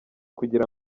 kugira